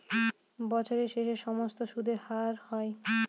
বছরের শেষে সমস্ত সুদের হার হয়